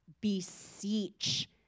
beseech